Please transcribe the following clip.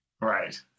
Right